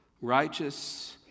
righteous